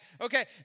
Okay